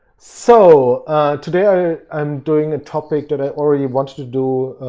so today i am doing a topic that i already wanted to do